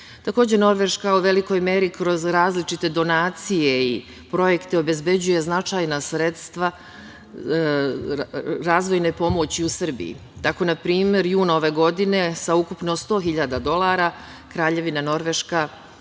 evra. Takođe, Norveška u velikoj meri kroz različite donacije i projekte obezbeđuje značajna sredstva razvojne pomoći u Srbiji. Tako, na primer, juna ove godine sa ukupno 100.000 dolara Kraljevina Norveška